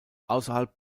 außerhalb